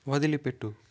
వదిలిపెట్టు